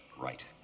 Right